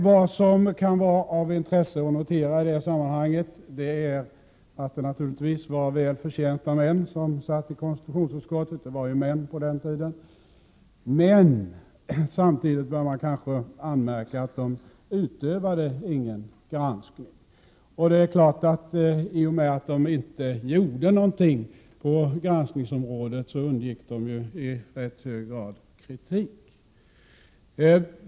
Vad som kan vara av intresse att notera i detta sammanhang är att det naturligtvis var väl förtjänta män som satt i konstitutionsutskottet; det var ju män på den tiden. Men man bör kanske samtidigt göra anmärkningen att de inte utövade någon granskning. I och med att de inte gjorde någonting på granskningsområdet undgick de kritik.